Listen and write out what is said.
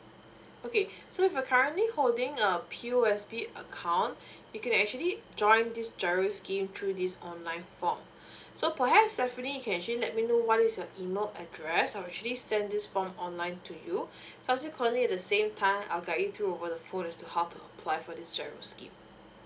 okay so if you're currently holding a P_O_S_B account you can actually join this giro scheme through this online form so perhaps stephanie you can actually let me know what is your email address I'll actually send this form online to you subsequently at the same time I will guide you too over the phone as to how to apply for this giro scheme